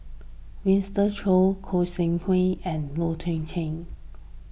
Winston Choos Goi Seng Hui and Loh Wai Kiew